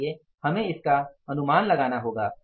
इसलिए हमें इसका अनुमान लगाना होगा